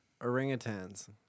Orangutans